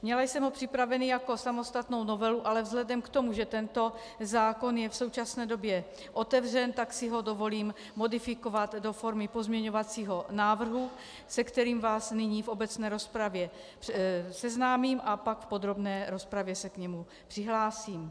Měla jsem ho připravený jako samostatnou novelu, ale vzhledem k tomu, že tento zákon je v současné době otevřen, tak si ho dovolím modifikovat do formy pozměňovacího návrhu, se kterým vás nyní v obecné rozpravě seznámím a pak v podrobné rozpravě se k němu přihlásím.